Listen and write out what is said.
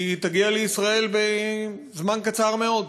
היא תגיע לישראל בזמן קצר מאוד.